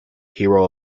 hero